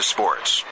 Sports